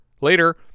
later